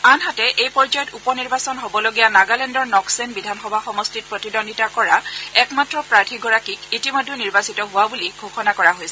আনহাতে এই পৰ্যায়ত উপ নিৰ্বাচন হবলগীয়া নাগালেণ্ডৰ নক্সেন বিধানসভা সমষ্টিত প্ৰতিদ্বন্দ্বিতা কৰা একমাত্ৰ প্ৰাৰ্থীগৰাকীক ইতিমধ্যে নিৰ্বাচিত হোৱা বুলি ঘোষণা কৰা হৈছে